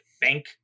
bank